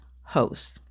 host